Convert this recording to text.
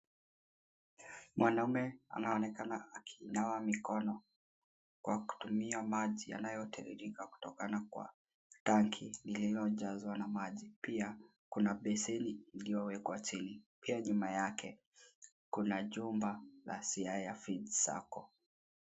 Mwanaume anaonekana akinawa mikono, kwa kutumia maji yanayotiririka kutokana kwa tanki lililojazwa na maji. Pia kuna beseni iliyowekwa chini. Pia nyuma yake, kuna jumba la Siaya Seed Sacco.